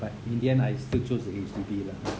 but in the end I still choose the H_D_B lah